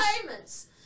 payments